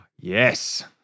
Yes